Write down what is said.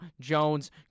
Jones